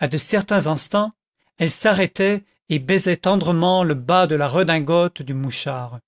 à de certains instants elle s'arrêtait et baisait tendrement le bas de la redingote du mouchard